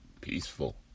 Peaceful